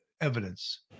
evidence